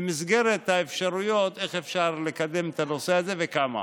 במסגרת האפשרויות, איך לקדם את הנושא הזה וכמה.